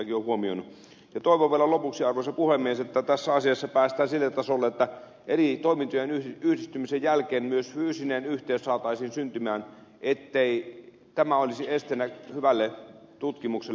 toivon vielä lopuksi arvoisa puhemies että tässä asiassa päästään sille tasolle että eri toimintojen yhdistymisen jälkeen myös fyysinen yhteys saataisiin syntymään ettei tämä olisi esteenä hyvälle tutkimukselle